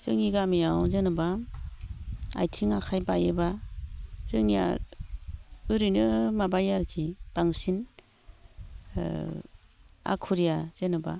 जोंनि गामियाव जेन'बा आथिं आखाइ बायोब्ला जोंनिया ओरैनो माबायो आरखि बांसिन ओ आखुरिया जेन'बा